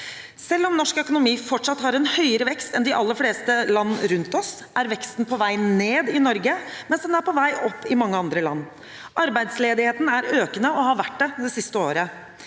Selv om norsk økonomi fortsatt har en høyere vekst enn de aller fleste land rundt oss, er veksten på vei ned i Norge, mens den er på vei opp i mange andre land. Arbeidsledigheten er økende – og har vært det det siste året.